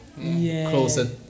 Closer